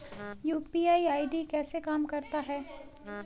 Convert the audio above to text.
UPI ID कैसे काम करता है?